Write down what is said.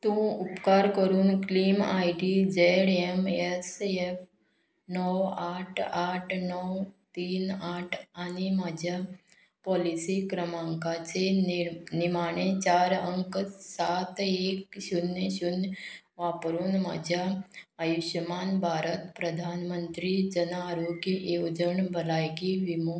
तूं उपकार करून claim I D Z M S F णव आठ आठ णव तीन आठ आनी म्हज्या पॉलिसी क्रमांकाचे निम निमाणे चार अंक सात एक शुन्य शुन्य वापरून म्हज्या आयुश्यमान भारत प्रधानमंत्री जन आरोग्य येवजण भलायकी विमो